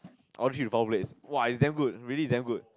ordered three to four plates !wah! it's damn good really it's damn good